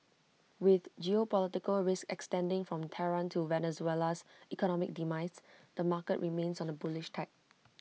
with geopolitical risk extending from Tehran to Venezuela's economic demise the market remains on A bullish tack